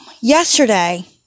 yesterday